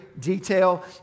detail